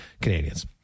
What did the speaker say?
Canadians